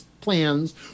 plans